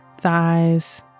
thighs